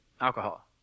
alcohol